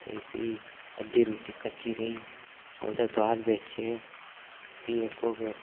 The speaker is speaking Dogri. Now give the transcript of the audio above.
ते फ्ही अद्धी रुट्टी कच्ची रेही ओह्दे बाद बिच्च फ्ही इक ओह्